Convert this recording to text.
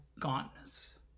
gauntness